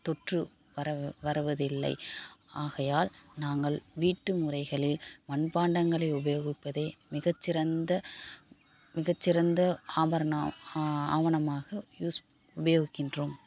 தொற்று வர வருவதில்லை ஆகையால் நாங்கள் வீட்டு முறைகளில் மண்பாண்டங்களை உபயோகிப்பதே மிகச்சிறந்த மிகச்சிறந்த ஆபரணம் ஆவணமாக யூஸ் உபயோகிக்கின்றோம்